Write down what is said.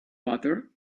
butter